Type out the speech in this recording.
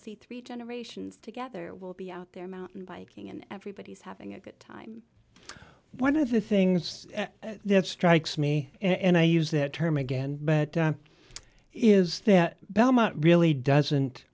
see three generations together will be out there mountain biking and everybody's having a good time one of the things that strikes me and i use that term again but is that belmont really doesn't